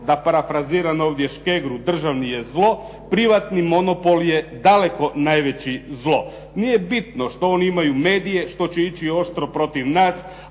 da parafraziram ovdje Škegru državni je zlo. Privatni monopol je daleko najveći zlo. Nije bitno što oni imaju medije, što će ići oštro protiv nas.